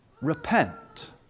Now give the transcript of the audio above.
repent